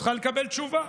צריכה לקבל תשובה.